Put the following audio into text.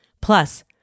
Plus